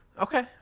Okay